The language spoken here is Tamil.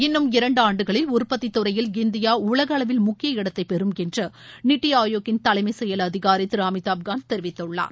இன்னும் இரண்டு ஆண்டுகளில் உற்பத்தி துறையில் இந்தியா உலகளவில் முக்கிய இடத்தை பெறும் என்று நிதி ஆயோக்கின் தலைமை செயல் அதிகாரி திரு அமிதாப் காந்த் தெரிவித்துள்ளார்